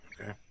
Okay